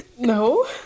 no